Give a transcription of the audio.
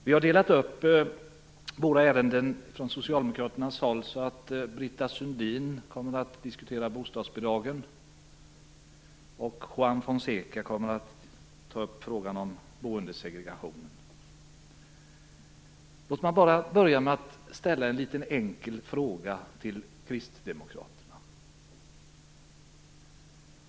Vi har delat upp ärendena så i Socialdemokraterna, att Britta Sundin kommer att diskutera bostadsbidragen och Juan Fonseca frågan om boendesegregationen. Låt mig börja med att ställa en liten enkel fråga till Kristdemokraterna.